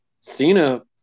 Cena